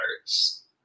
parts